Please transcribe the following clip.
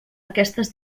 aquestes